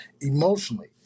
emotionally